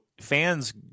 fans